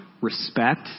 respect